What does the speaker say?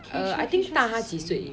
hmm I think 大她几岁